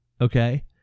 okay